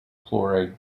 chloride